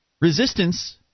resistance